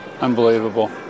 Unbelievable